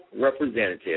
representative